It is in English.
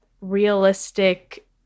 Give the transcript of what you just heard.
realistic